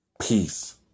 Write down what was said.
peace